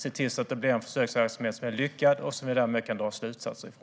Se till att det blir en försöksverksamhet som är lyckad och som vi därmed kan dra slutsatser av!